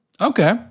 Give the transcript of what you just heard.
Okay